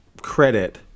credit